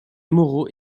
moraux